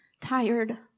tired